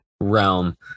realm